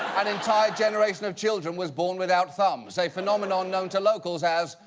an entire generation of children was born without thumbs, a phenomenon known to locals as.